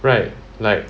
right like